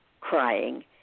crying